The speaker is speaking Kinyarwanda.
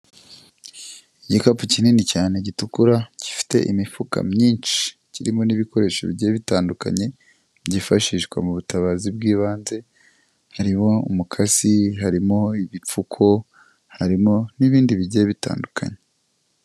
Igikapu kinini cyane gitukura, gifite imifuka myinshi, kirimo n'ibikoresho bigiye bitandukanye byifashishwa mu butabazi bw'ibanze, harimo umukasi, harimo ibipfuko harimo n'ibindi bigiye bitandukanye.